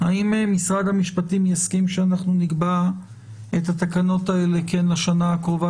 האם משרד המשפטים יסכים שאנחנו נקבע את התקנות האלה כן לשנה הקרובה